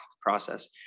process